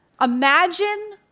Imagine